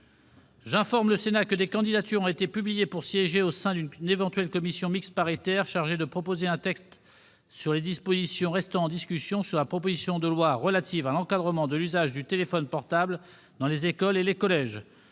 J'informe le Sénat que des candidatures ont été publiées pour siéger au sein d'une éventuelle commission mixte paritaire chargée de proposer un texte sur les dispositions restant en discussion de la proposition de loi relative à l'encadrement de l'utilisation du téléphone portable dans les écoles et les collèges.